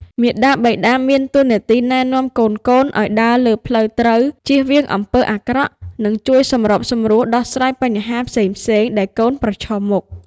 មាតាបិតាមានតួនាទីណែនាំកូនៗឲ្យដើរលើផ្លូវត្រូវ ចៀសវាងអំពើអាក្រក់ និងជួយសម្របសម្រួលដោះស្រាយបញ្ហាផ្សេងៗដែលកូនប្រឈមមុខ។